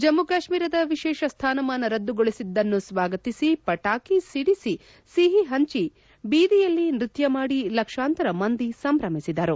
ಜಮ್ಗು ಕಾಶ್ವೀರದ ವಿಶೇಷ ಸ್ವಾನಮಾನ ರದ್ದುಗೊಳಿಸಿದ್ದನ್ನು ಸ್ವಾಗತಿಸಿ ಪಟಾಕಿ ಸಿಡಿಸಿ ಸಿಹಿ ಹಂಚಿ ಬೀದಿಯಲ್ಲಿ ನೃತ್ಯ ಮಾಡಿ ಲಕ್ಷಾಂತರ ಮಂದಿ ಸಂಭ್ರಮಿಸಿದರು